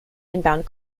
inbound